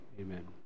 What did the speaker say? Amen